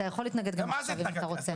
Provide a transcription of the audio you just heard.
אתה יכול להתנגד גם עכשיו אם אתה רוצה.